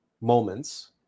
moments